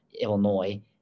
Illinois